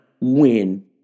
win